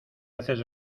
haces